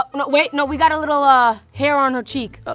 ah, no, wait, no. we got a little, ah, hair on her cheek.